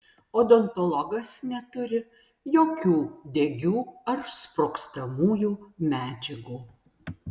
odontologas neturi jokių degių ar sprogstamųjų medžiagų